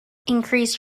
increased